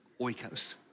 oikos